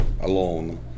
Alone